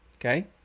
okay